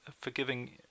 forgiving